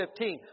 15